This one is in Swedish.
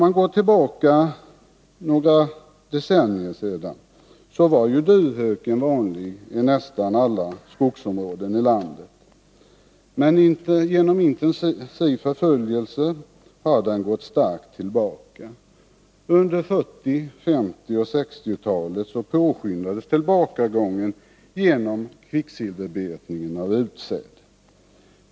För några decennier sedan var duvhöken vanlig i nästan alla skogsområden i landet, men till följd av en intensiv förföljelse har den sedan dess gått starkt tillbaka. Under 1940-, 1950 och 1960-talet påskyndades tillbakagången på grund av kvicksilverbetningen av utsädet.